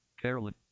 Carolyn